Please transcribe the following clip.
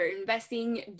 investing